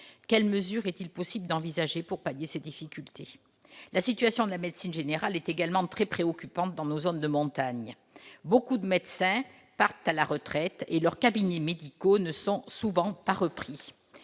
Quelles mesures peut-on envisager pour pallier ces difficultés ? La situation de la médecine générale est également très préoccupante dans nos zones de montagnes. Beaucoup de médecins partent à la retraite et leurs cabinets médicaux ne sont souvent pas repris.